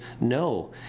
no